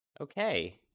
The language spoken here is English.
Okay